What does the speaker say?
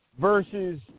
versus